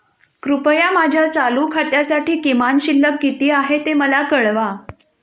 कृपया माझ्या चालू खात्यासाठी किमान शिल्लक किती आहे ते मला कळवा